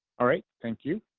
ah right, thank you.